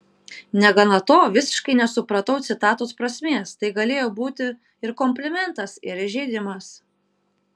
negana to visiškai nesupratau citatos prasmės tai galėjo būti ir komplimentas ir įžeidimas